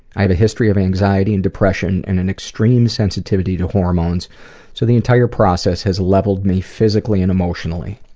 i have a history of anxiety and depression and and extreme sensitivity to hormones so the entire process has leveled me physically and emotionally.